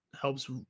helps